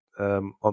On